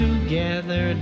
Together